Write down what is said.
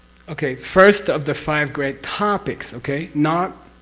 okay, first of the five great topics, okay? not